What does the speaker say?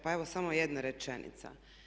Pa evo samo jedna rečenica.